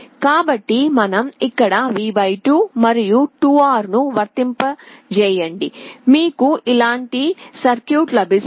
కాబట్టి మనం ఇక్కడ V 2 మరియు 2R ను వర్తింపజేయండి మీకు ఇలాంటి సర్క్యూట్ లభిస్తుంది